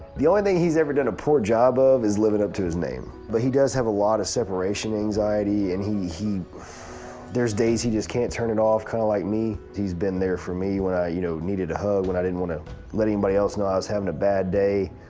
the only thing he's ever done a poor job ah of is living up to his name. but he does have a lot of separation anxiety. and there's days he just can't turn it off, kind of like me. he's been there for me when i you know needed a hug when i didn't want to let anybody else know i was having a bad day.